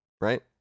right